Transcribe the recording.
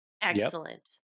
Excellent